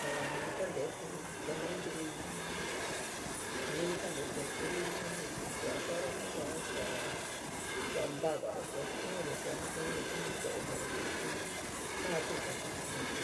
Kaá nuu kante’etu te noun tí’í jaluli kante’e suchi luli yua jenaii sua saro jii ya’a sua’a ntavaro, sua stuuro, sua nu kuniro kuniso’oro ja kuni jáá tili kuni te